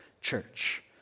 church